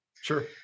Sure